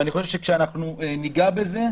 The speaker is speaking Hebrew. ואני חושב שכשניגע בזה,